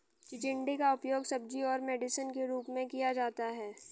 चिचिण्डा का उपयोग सब्जी और मेडिसिन के रूप में किया जाता है